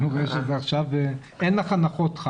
חוה, אין לך הנחות.